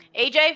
AJ